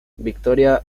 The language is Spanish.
victoria